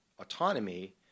autonomy